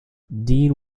deane